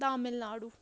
Tamil Nadu